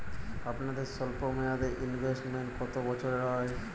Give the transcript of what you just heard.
আপনাদের স্বল্পমেয়াদে ইনভেস্টমেন্ট কতো বছরের হয়?